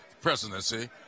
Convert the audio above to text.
presidency